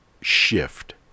shift